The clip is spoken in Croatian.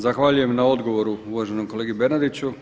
Zahvaljujem na odgovoru uvaženom kolegi Bernardiću.